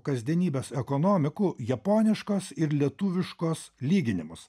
kasdienybės ekonomikų japoniškos ir lietuviškos lyginimus